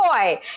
boy